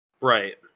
Right